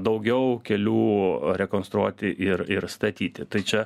daugiau kelių rekonstruoti ir ir statyti tai čia